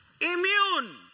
immune